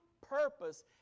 purpose